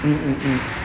mm mm mm